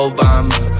Obama